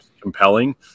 compelling